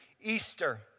Easter